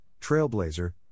trailblazer